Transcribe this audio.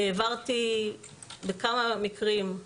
העברתי בכמה מקרים,